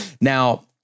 Now